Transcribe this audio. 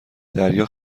دریا